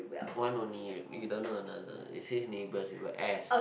one only you don't know another it says neighbours with a S